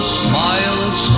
smiles